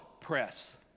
Press